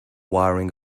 wiring